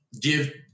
give